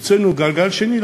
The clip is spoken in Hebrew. הוצאנו גלגל שני,